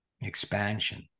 Expansion